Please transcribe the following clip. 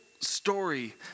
story